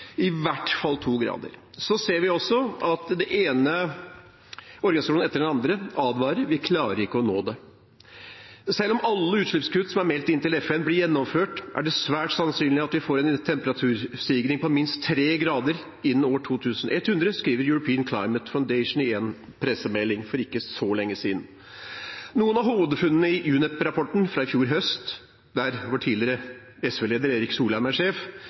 i hvert fall til 2 grader. Den ene organisasjonen etter den andre advarer: Vi klarer ikke å nå målet. Selv om alle utslippskutt som er meldt inn til FN, blir gjennomført, er det svært sannsynlig at vi får en temperaturstigning på minst 3 grader innen år 2100, skrev European Climate Foundation i en pressemelding for ikke så lenge siden. Noen av hovedfunnene i UNEP-rapporten fra i fjor høst, der vår tidligere SV-leder Erik Solheim er sjef,